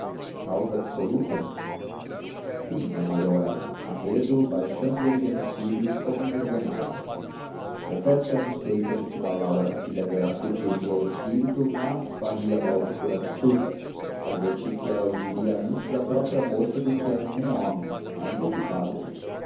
causa absoluta sim murmurou ela a medo baixando e erguendo os cílios como envergonhada confesso que a suspeita de que lalau era filha dela acudiu me ao espírito mas varri a logo por absurda adverti que ela o diria antes à própria moça do que a nenhum homem ainda que padre